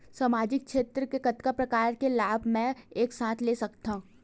सामाजिक क्षेत्र के कतका प्रकार के लाभ मै एक साथ ले सकथव?